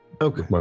okay